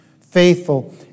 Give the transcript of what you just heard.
faithful